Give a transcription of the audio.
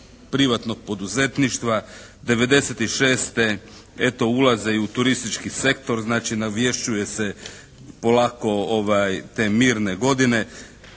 privatnog poduzetništva. 1996. eto ulaze i u turistički sektor. Znači navješćuje se polako te mirne godine.